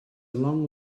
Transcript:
long